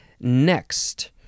Next